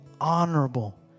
honorable